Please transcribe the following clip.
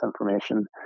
information